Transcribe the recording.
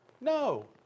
No